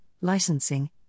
licensing